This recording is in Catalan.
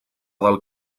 del